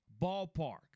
ballpark